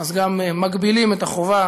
ואז גם מגבילים את החובה